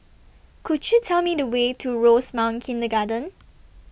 Could YOU Tell Me The Way to Rosemount Kindergarten